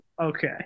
okay